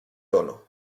tono